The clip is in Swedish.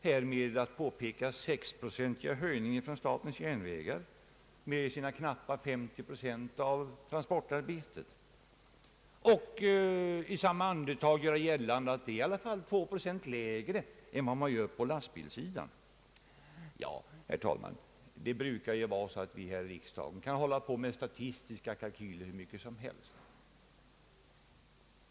Han påpekar att den 6-procentiga höjningen från SJ:s sida gäller inte fullt 50 procent av godstransportarbetet och gör i samma andetag gällande att det i alla fall är en höjning som är 2 procent lägre än den som företas på lastbilssidan. Herr talman! Det brukar vara så att vi här i riksdagen kan syssla med statistiska kalkyler i all oändlighet.